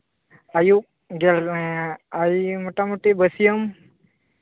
ᱟᱹᱭᱩᱵ ᱜᱮᱞ ᱢᱳᱴᱟᱢᱩᱴᱤ ᱵᱟᱹᱥᱭᱟᱹᱢ